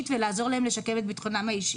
ולעזור להם לשקם את ביטחונם האישי.